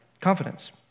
Confidence